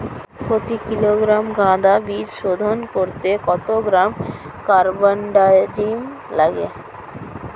প্রতি কিলোগ্রাম গাঁদা বীজ শোধন করতে কত গ্রাম কারবানডাজিম লাগে?